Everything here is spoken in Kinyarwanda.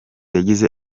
yagize